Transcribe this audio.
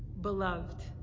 beloved